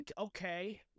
Okay